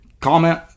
comment